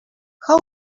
how